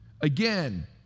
again